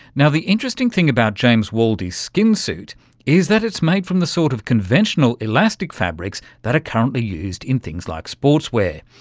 now, the interesting thing about james waldie's skin-suit is that it's made from the sort of conventional elastic fabrics that are currently used in things like sportswear.